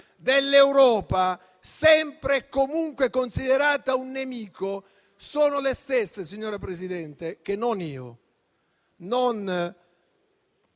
dell'Europa, sempre e comunque considerata un nemico, sono le stesse, signora Presidente, che non io, non